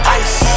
ice